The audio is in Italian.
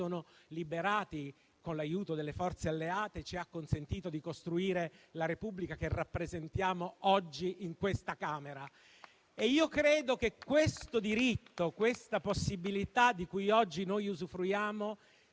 liberati, con l'aiuto delle forze alleate, ci ha consentito di costruire la Repubblica che rappresentiamo oggi in questa Camera. Io credo che il diritto di cui oggi noi usufruiamo